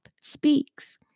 speaks